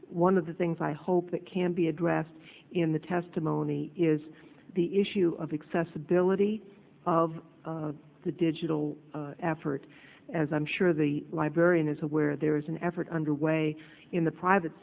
one of the things i hope that can be addressed in the testimony is the issue of accessibility of the digital effort as i'm sure the librarian is aware there is an effort underway in the private